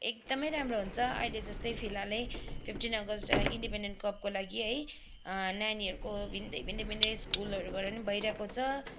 एकदमै राम्रो हुन्छ अहिले जस्तै फिलहालै फिफ्टिन अगस्त इन्डेपेन्डेन्ट कपको लागि है नानीहरूको भिन्दै भिन्दै भिन्दै स्कुलहरूबाट पनि भइरहेको छ